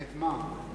את מה?